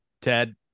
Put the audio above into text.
Ted